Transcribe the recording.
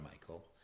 Michael